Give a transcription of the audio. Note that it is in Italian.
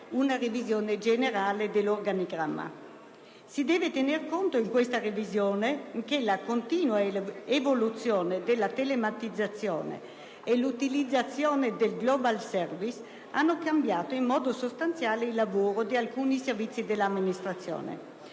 una revisione generale dell'organigramma. Si deve tener conto in questa revisione che la continua evoluzione della telematizzazione e l'utilizzazione del *global service* hanno cambiato in modo sostanziale il lavoro di alcuni servizi dell'amministrazione;